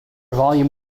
volume